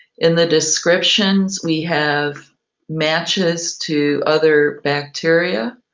in the descriptions, we have matches to other bacteria,